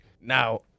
Now